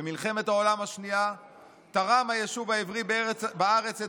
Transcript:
במלחמת העולם השנייה תרם הישוב העברי בארץ את